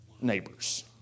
neighbors